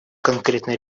конкретный